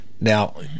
now